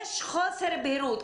יש חוסר בהירות,